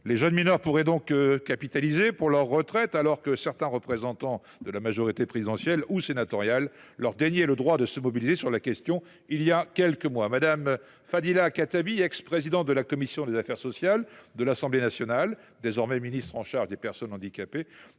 Les jeunes mineurs pourraient donc capitaliser pour leur retraite, alors que certains représentants de la majorité présidentielle ou sénatoriale leur déniaient le droit de se mobiliser sur la question, voilà quelques mois… Mme Fadila Khattabi, ex présidente de la commission des affaires sociales de l’Assemblée nationale, désormais ministre déléguée chargée des personnes handicapées,